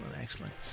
excellent